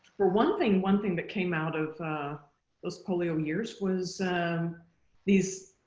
for one thing one thing that came out of those polio years was um these